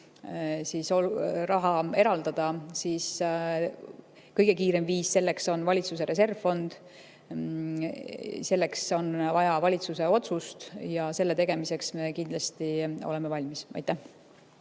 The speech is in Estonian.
veel raha eraldada, siis kõige kiirem viis selleks on valitsuse reservfond. Selleks on vaja valitsuse otsust ja selle tegemiseks me kindlasti oleme valmis. Kert